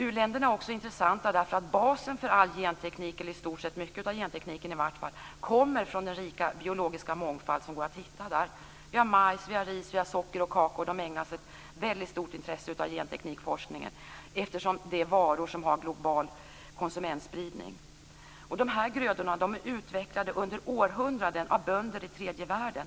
U-länderna är också intressanta därför att basen för all genteknik, eller i varje fall mycket av gentekniken, kommer från den rika biologiska mångfald som går att hitta där. Majs, ris, socker och kakao ägnas ett väldigt stort intresse av genteknikforskningen, eftersom det är varor som har global konsumentspridning. Dessa grödor är utvecklade under århundraden av bönder i tredje världen.